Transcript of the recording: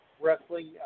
wrestling